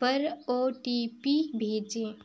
पर O T P भेजें